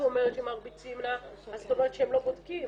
ואומרת שמרביצים לה את אומרת שהם לא בודקים